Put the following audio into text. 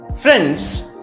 Friends